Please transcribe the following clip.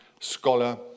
scholar